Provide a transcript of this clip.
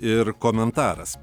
ir komentaras